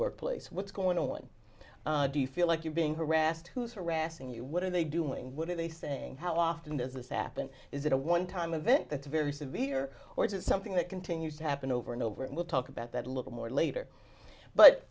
workplace what's going on do you feel like you're being harassed who's harassing you what are they doing what are they saying how often does this happen is it a one time event that's very severe or is it something that continues to happen over and over and we'll talk about that little more later but